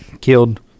Killed